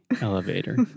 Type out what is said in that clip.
elevator